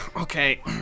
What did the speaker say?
Okay